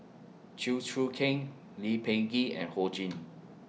Chew Choo Keng Lee Peh Gee and Ho Ching